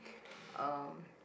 um